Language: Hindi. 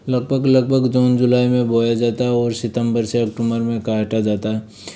तो बाजरा लगभग लगभग जून जुलाई में बोया जाता है और सितंबर से अक्टूबर में काटा जाता है